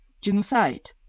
genocide